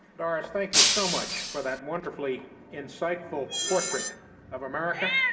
doris, thank you so much for that wonderfully insightful portrait of america